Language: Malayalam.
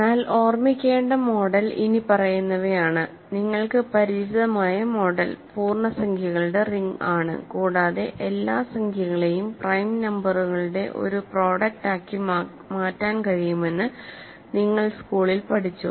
എന്നാൽ ഓർമിക്കേണ്ട മോഡൽ ഇനിപ്പറയുന്നവയാണ് നിങ്ങൾക്ക് പരിചിതമായ മോഡൽ പൂർണ്ണസംഖ്യകളുടെ റിങ് ആണ് കൂടാതെ എല്ലാ സംഖ്യകളെയും പ്രൈം നമ്പറുകളുടെ ഒരു പ്രോഡക്ട് ആക്കി മാറ്റാൻ കഴിയുമെന്ന് നിങ്ങൾ സ്കൂളിൽ പഠിച്ചു